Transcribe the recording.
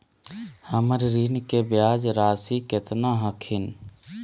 हमर ऋण के ब्याज रासी केतना हखिन?